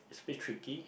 a bit tricky